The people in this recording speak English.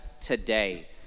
today